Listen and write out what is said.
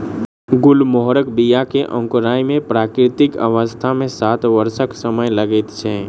गुलमोहरक बीया के अंकुराय मे प्राकृतिक अवस्था मे सात वर्षक समय लगैत छै